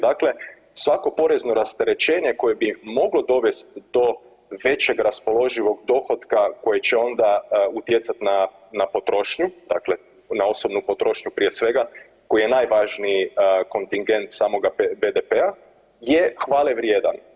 Dakle, svako porezno rasterećenje koje bi moglo dovest do većeg raspoloživog dohotka koje će onda utjecat na, na potrošnju, dakle na osobnu potrošnju prije svega koji je najvažniji kontingent samoga PDV-a je hvale vrijedan.